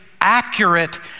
accurate